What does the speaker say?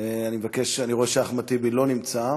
אני רואה שאחמד טיבי לא נמצא,